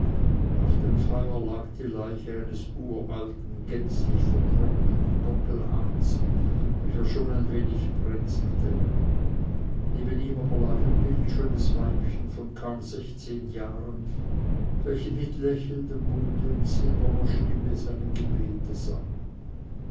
auf dem feuer lag die leiche eines uralten gänzlich vertrockneten gockelhahns welcher schon ein wenig brenzelte neben ihm aber lag ein bildschönes weibchen von kaum sechszehn jahren welches mit lächelndem munde und silberner stimme seine gebete sang